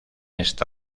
esta